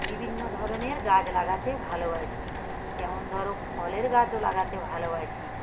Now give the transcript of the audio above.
বিভিন্ন ধরনের গাছ লাগাতে ভালোবাসি যেমন ধরো ফলের গাছও লাগাতে ভালোবাসি